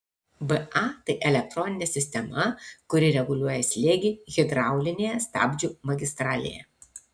ba tai elektroninė sistema kuri reguliuoja slėgį hidraulinėje stabdžių magistralėje